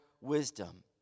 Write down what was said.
wisdom